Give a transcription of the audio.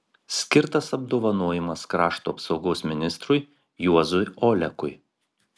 skirtas apdovanojimas krašto apsaugos ministrui juozui olekui